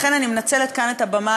לכן אני מנצלת כאן את הבמה,